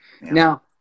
Now